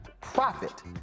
profit